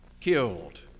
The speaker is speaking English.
killed